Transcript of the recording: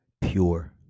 pure